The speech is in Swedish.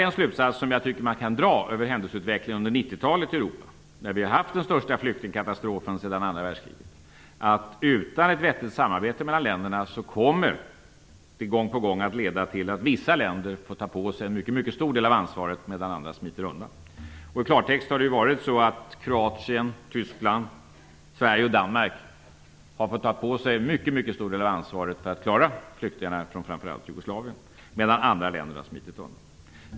En slutsats som jag tycker kan dras av händelseutvecklingen i Europa under 90-talet - då vi ju haft den största flyktingkatastrofen sedan andra världskriget - är att utan ett vettigt samarbete mellan länderna kommer det gång på gång bli så att vissa länder får ta på sig en mycket stor del av ansvaret, medan andra smiter undan. I klartext har ju Kroatien, Tyskland, Sverige och Danmark fått ta på sig en mycket stor del av ansvaret när det gäller att klara flyktingarna från framför allt Jugoslavien, medan andra länder har smitit undan.